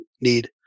need